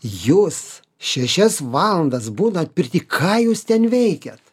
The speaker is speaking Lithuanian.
jūs šešias valandas būnat pirty ką jūs ten veikiat